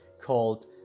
called